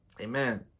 Amen